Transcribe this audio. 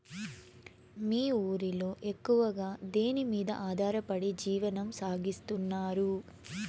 మీ ఊరిలో ఎక్కువగా దేనిమీద ఆధారపడి జీవనం సాగిస్తున్నారు?